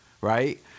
right